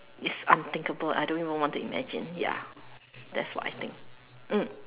it's unthinkable I don't even want to imagine ya that's what I think mm